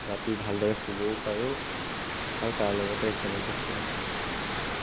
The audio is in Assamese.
ৰাতি ভাল দৰে শুবও পাৰোঁ আৰু তাৰ লগতে একেলগে শুওঁ